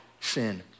sin